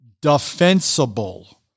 defensible